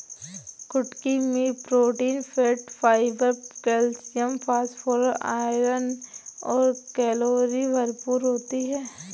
कुटकी मैं protein, fat, fibre, calcium, phosphorus, iron और कैलोरी भरपूर होती है